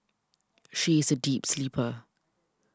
she is a deep sleeper